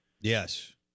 Yes